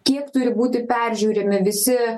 kiek turi būti peržiūrimi visi